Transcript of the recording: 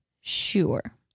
sure